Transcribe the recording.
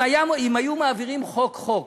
אם היו מעבירים חוק-חוק,